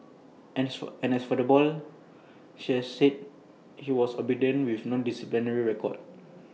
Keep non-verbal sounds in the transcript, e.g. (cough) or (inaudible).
(unintelligible) and as for the boy she had said he was obedient with no disciplinary records